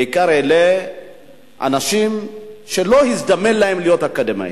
בעיקר אלה אנשים שלא הזדמן להם להיות אקדמאים,